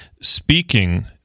speaking